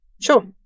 Sure